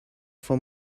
for